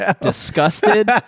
disgusted